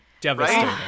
Devastating